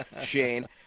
Shane